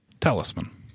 Talisman